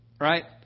right